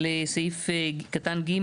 על סעיף קטן (ג),